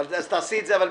אבל תעשי את זה בקצרה.